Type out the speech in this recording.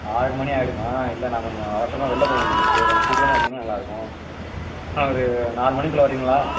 ஆறு மணி ஆகிடுமா இல்லை நான் கொஞ்சம் அவசரமாக வெளில போக வேண்டியதிருக்கு கொஞ்சம் சீக்கிரமாக வந்தீங்கன்னால் நல்லாயிருக்கும் ஒரு நாலு மணிக்குள்ளே வரீங்களா